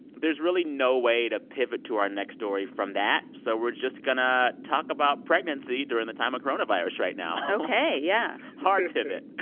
there's really no way to pivot to our next story from that, so we're just going to talk about pregnancy pregnancy during the time of coronavirus right now ok. yeah hard pivot